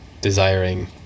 desiring